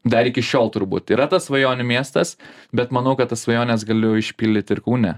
dar iki šiol turbūt yra tas svajonių miestas bet manau kad tas svajones galiu išpildyt ir kaune